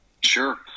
Sure